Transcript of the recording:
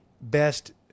best